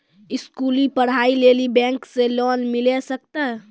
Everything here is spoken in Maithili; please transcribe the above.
स्कूली पढ़ाई लेली बैंक से लोन मिले सकते?